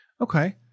Okay